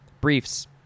Briefs